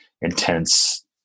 intense